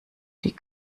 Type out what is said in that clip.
die